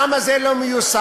למה זה לא מיושם?